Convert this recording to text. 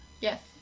Yes